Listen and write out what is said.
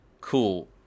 Cool